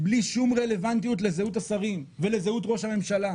בלי שום רלוונטיות לזהות השרים ולזהות ראש הממשלה,